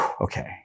okay